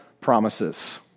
promises